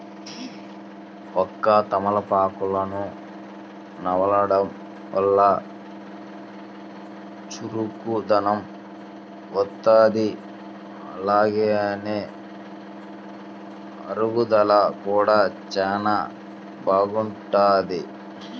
వక్క, తమలపాకులను నమలడం వల్ల చురుకుదనం వత్తది, అలానే అరుగుదల కూడా చానా బాగుంటది